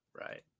Right